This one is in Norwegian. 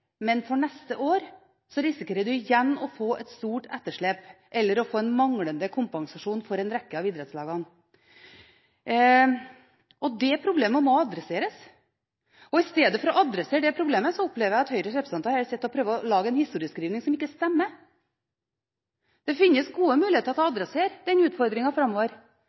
men for neste år risikerer man igjen å få et stort etterslep eller å få en manglende kompensasjon hos en rekke av idrettslagene. Det problemet må adresseres. I stedet for å adressere det problemet opplever jeg at Høyres representanter prøver å lage en historieskriving som ikke stemmer. Det finnes gode muligheter for å adressere den utfordringen framover.